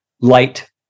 light